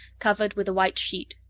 covered with a white sheet.